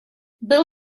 bill